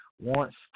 wants